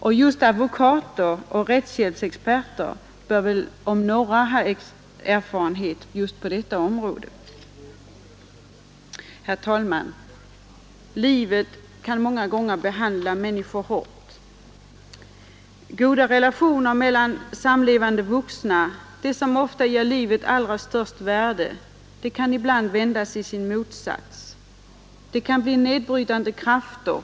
Och just advokater och rättshjälpsexperter bör om några ha erfarenhet på detta område. Herr talman! Livet kan många gånger behandla människor hårt. Goda relationer mellan samlevande vuxna — det som ofta ger livet störst värde — kan ibland vändas i sin motsats och bli nedbrytande krafter.